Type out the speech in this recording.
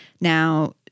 Now